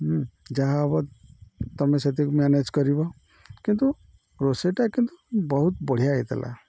ହୁଁ ଯାହା ହବ ତୁମେ ସେତିକୁ ମ୍ୟାନେଜ୍ କରିବ କିନ୍ତୁ ରୋଷେଇଟା କିନ୍ତୁ ବହୁତ ବଢ଼ିଆ ହେଇଥିଲା